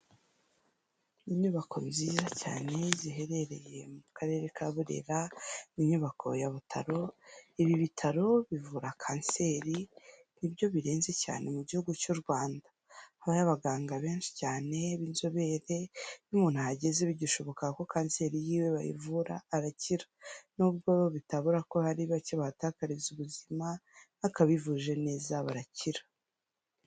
Inyubako nziza cyane ziherereye mu karere ka Burera ni inyubako ya Butaro, ibi bitaro bivura kanseri nibyo birenzenze cyane mu gihugu cy'u Rwanda, habayo abaganga benshi cyane b'inzobere, iyo umuntu ahageze bigishoboka ko kanseri yiwe bayivura arakira nubwo bitabura ko ari bake bahatakariza ubuzima ariko abivuje neza barakira.